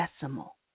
decimal